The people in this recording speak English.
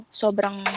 sobrang